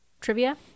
trivia